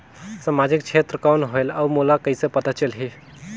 समाजिक क्षेत्र कौन होएल? और मोला कइसे पता चलही?